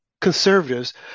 conservatives